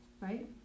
right